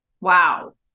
wow